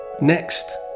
next